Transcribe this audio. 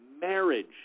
marriage